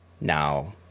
now